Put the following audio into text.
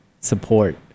support